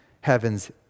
heaven's